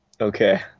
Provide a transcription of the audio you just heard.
Okay